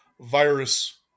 virus